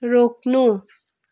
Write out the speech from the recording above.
रोक्नु